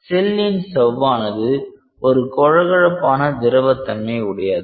செல்லின் சவ்வானது ஒரு கொழகொழப்பான திரவ தன்மை உடையது